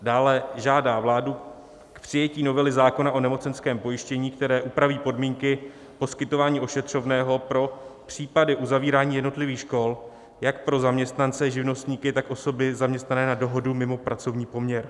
Dále žádá vládu k přijetí novely zákona o nemocenském pojištění, které upraví podmínky k poskytování ošetřovného pro případy uzavírání jednotlivých škol jak pro zaměstnance, živnostníky, tak osoby zaměstnané na dohodu mimo pracovní poměr.